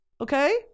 Okay